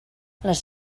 les